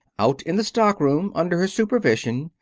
out in the stock-room, under her supervision,